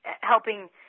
helping